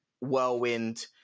whirlwind